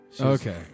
Okay